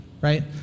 right